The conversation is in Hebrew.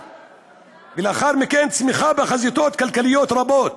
ולאחר מכן צמיחה בחזיתות כלכליות רבות.